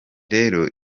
rero